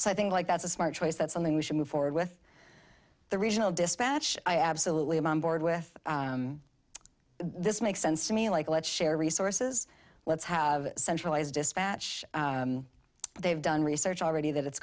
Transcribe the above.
so i think like that's a smart choice that something we should move forward with the regional dispatch i absolutely i'm onboard with this makes sense to me like let's share resources let's have centralized dispatch they've done research already that it's